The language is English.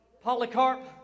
Polycarp